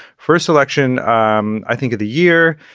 first election, um i think of the year,